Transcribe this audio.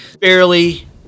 barely